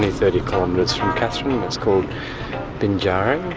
thirty kilometres from katherine, it's called binjari.